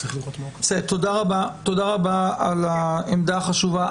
תודה רבה על העמדה החשובה.